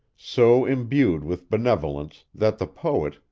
so imbued with benevolence, that the poet,